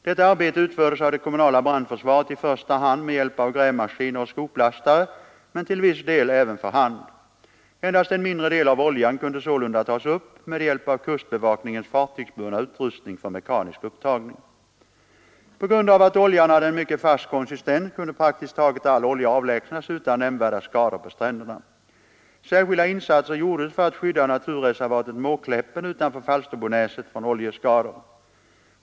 Detta arbete utfördes av det kommunala brandförsvaret i första hand med hjälp av grävmaskiner och skoplastare men till viss del även för hand. Endast en mindre del av oljan kunde sålunda tas upp med hjälp av kustbevakningens fartygsburna utrustning för mekanisk upptagning. På grund av att oljan hade en mycket fast konsistens kunde praktiskt taget all olja avlägsnas utan nämnvärda skador på stränderna. Särskilda insatser gjordes för att skydda naturreservatet Måkläppen utanför Falsterbonäset från oljeskador.